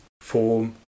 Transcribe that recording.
form